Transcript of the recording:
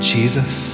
Jesus